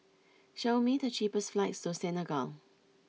show me the cheapest flights to Senegal